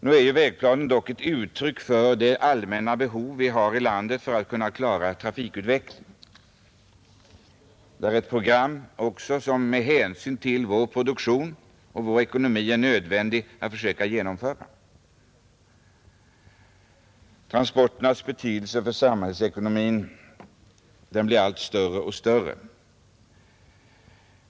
Nu är vägplanen dock ett uttryck för de allmänna behov som måste tillgodoses för att vi skall kunna klara trafikutvecklingen i landet, och den är också ett program som det med hänsyn till vår produktion och vår ekonomi är nödvändigt att försöka genomföra. Transporternas betydelse för samhällsekonomin blir allt större.